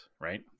right